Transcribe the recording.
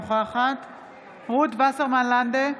רות וסרמן לנדה,